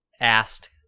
asked